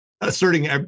asserting